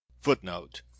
Footnote